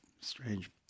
strange